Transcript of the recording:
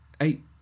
eight